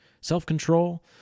self-control—